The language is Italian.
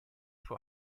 sua